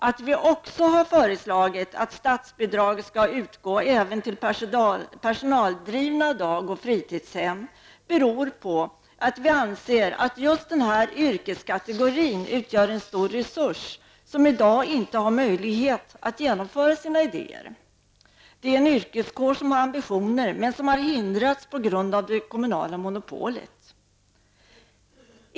Att vi också har föreslagit att statsbidrag skall utgå även till personaldrivna dag och fritidshem beror på att vi anser att just denna yrkeskategori utgör en stor resurs, som i dag inte har möjlighet att genomföra sina idéer. Det är en yrkeskår som har ambitioner men som har hindrats på grund av det kommunala monopolet.